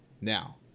now